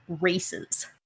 races